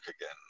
again